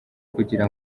kugira